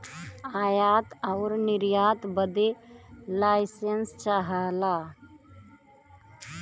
आयात आउर निर्यात बदे लाइसेंस चाहला